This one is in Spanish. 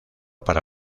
para